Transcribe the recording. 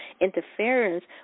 interference